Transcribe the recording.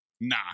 nah